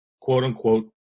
quote-unquote